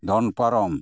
ᱫᱚᱱ ᱯᱟᱨᱚᱢ